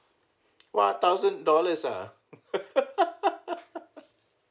!wah! thousand dollars